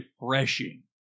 refreshing